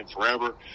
forever